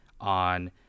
on